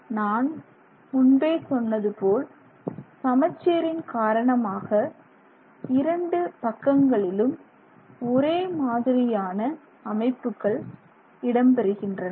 நான் முன்பே சொன்னது போல் சமச்சீரின் காரணமாக இரண்டு பக்கங்களிலும் ஒரே மாதிரியான அமைப்புகள் இடம்பெறுகின்றன